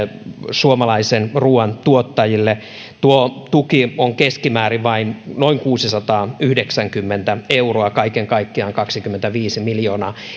suomalaisen ruuan tuottajille tuo tuki on keskimäärin vain noin kuusisataayhdeksänkymmentä euroa kaiken kaikkiaan kaksikymmentäviisi miljoonaa